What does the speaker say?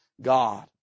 God